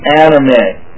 anime